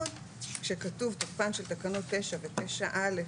כשכתוב תוקפן של התקנות 9 ו-9.א.